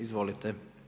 Izvolite.